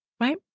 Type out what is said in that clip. Right